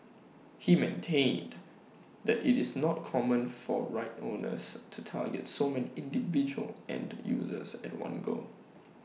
he maintained that IT is not common for right owners to target so many individual end users at one go